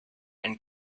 and